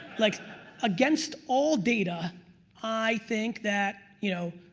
like against all data i think that, you know,